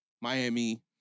Miami